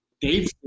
Dave